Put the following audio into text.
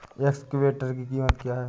Excavator की कीमत क्या है?